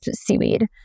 seaweed